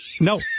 No